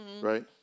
Right